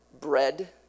bread